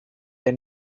they